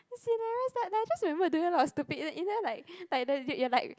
as in I realised that like I just remember doing a lot of stupid in the end like like you're like